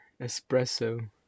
Espresso